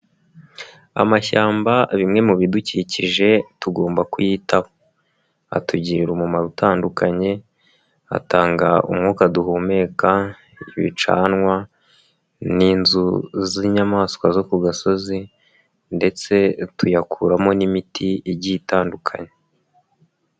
Amashyamba bimwe mu bidukikije tugomba kuyitaho. Atugirira umumaro utandukanye, atanga umwuka duhumeka, ibicanwa n'inzu z'inyamaswa zo ku gasozi ndetse tuyakuramo n'imiti igiye itandukanye.